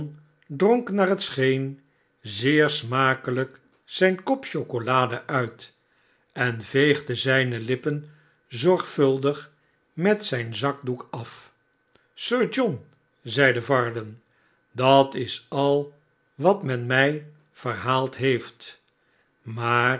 dronk naar het scheen zeer smakelijk zijn kop chocolade uit en veegde zijne lippen zorgvuldig met zijn zakdoek af sir john zeide varden sdat is al wat men mij verhaald heeft maar